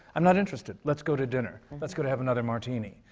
i'm not interested. let's go to dinner. let's go to have another martini.